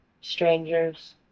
strangers